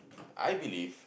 I believe